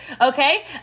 okay